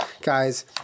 guys